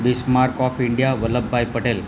Bismarck of India Vallabhbhai Patel